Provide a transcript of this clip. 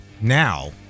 now